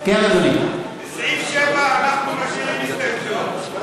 לסעיף 7 אנחנו משאירים הסתייגויות.